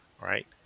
right